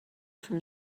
from